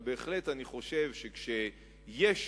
אבל אני חושב שכשיש